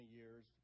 years